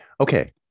okay